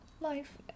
life